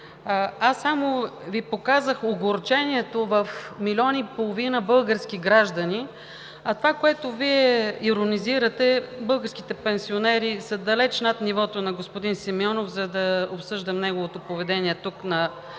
Аз само Ви показах огорчението в милион и половина български граждани. А това, което Вие иронизирате – българските пенсионери са далеч над нивото на господин Симеонов, за да обсъждам неговото поведение тук, на